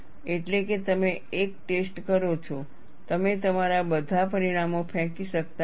એટલે કે તમે એક ટેસ્ટ કરો છો તમે તમારા બધા પરિણામો ફેંકી શકતા નથી